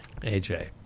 AJ